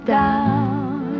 down